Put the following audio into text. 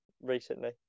Recently